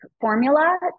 formula